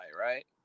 right